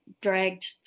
dragged